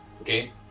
Okay